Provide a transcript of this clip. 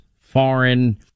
foreign